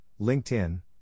LinkedIn